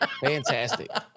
Fantastic